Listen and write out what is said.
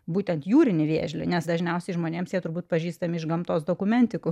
būtent jūrinį vėžlį nes dažniausiai žmonėms jie turbūt pažįstami iš gamtos dokumentikų